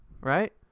Right